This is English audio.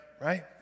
right